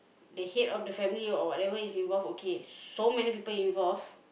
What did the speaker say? they hate all the family or whatever is involve okay so many people involve